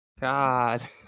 God